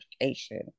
education